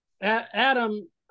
Adam